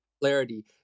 clarity